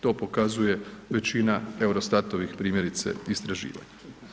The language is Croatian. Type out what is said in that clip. To pokazuje većina Eurostatovih, primjerice, istraživanja.